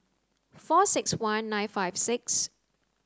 four six one nine five six